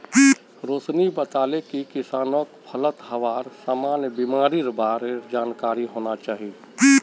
रोशिनी बताले कि किसानक फलत हबार सामान्य बीमारिर बार जानकारी होना चाहिए